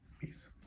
Peace